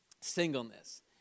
singleness